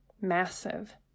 massive